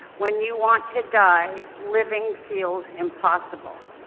when you want to die, living feels impossible,